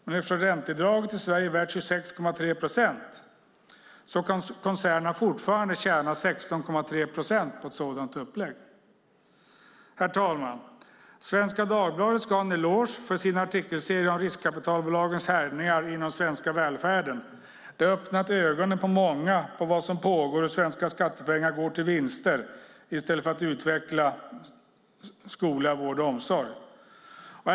Men eftersom räntebidraget i Sverige är värt 26,3 procent kan koncernerna fortfarande tjäna 16,3 procent på ett sådant upplägg. Herr talman! Svenska Dagbladet ska ha en eloge för sin artikelserie om riskkapitalbolagens härjningar inom den svenska välfärden. Den har öppnat ögonen på många för vad som pågår. Svenska skattepengar går till vinster i stället för att utveckla skola, vård och omsorg.